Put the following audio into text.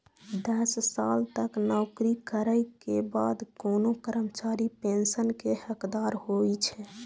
दस साल तक नौकरी करै के बाद कोनो कर्मचारी पेंशन के हकदार होइ छै